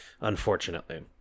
unfortunately